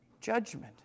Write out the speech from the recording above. judgment